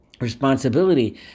responsibility